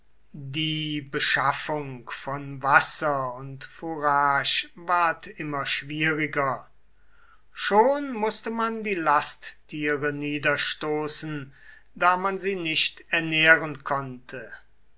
die beschaffung von wasser und fourage ward immer schwieriger schon mußte man die lasttiere niederstoßen da man sie nicht ernähren konnte